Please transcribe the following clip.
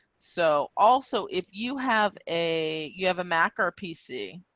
so also, if you have a you have a mac or pc.